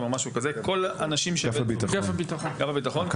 שהוקם בשיתוף של אגף הביטחון במשרד החינוך ושל השב״כ,